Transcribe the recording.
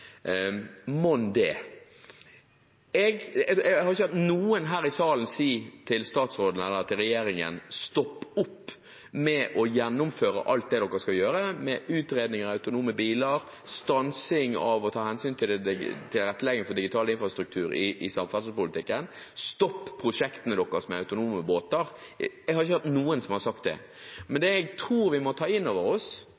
Jeg har ikke hørt noen her i salen si til statsråden eller til regjeringen: Stopp med å gjennomføre alt dere skal gjøre med utredninger av autonome biler, stans med å ta hensyn til tilrettelegging for digital infrastruktur i samferdselspolitikken, og stopp prosjektene deres med autonome båter. Det har jeg ikke hørt noen som har sagt. Men det